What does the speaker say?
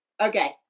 Okay